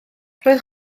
roedd